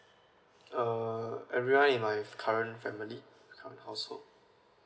uh everyone in my current family household